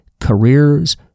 careers